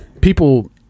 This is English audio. people